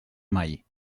mai